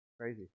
Crazy